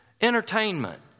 entertainment